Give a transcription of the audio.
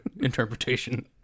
interpretation